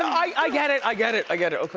i get it, i get it, i get it,